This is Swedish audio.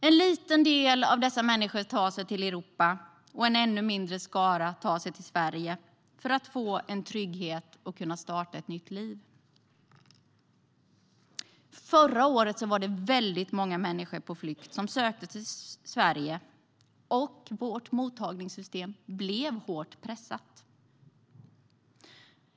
En liten del av dessa människor tar sig till Europa och en ännu mindre skara tar sig till Sverige för att få en trygghet och för att kunna starta ett nytt liv. Förra året var det många människor på flykt som sökte sig till Sverige, och vårt mottagningssystem blev hårt pressat.